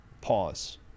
pause